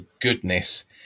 goodness